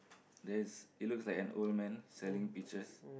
there is it looks like an old man selling peaches